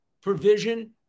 provision